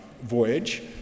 voyage